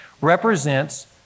represents